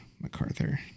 MacArthur